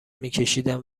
میکشیدم